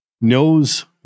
knows